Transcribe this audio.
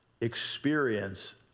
experience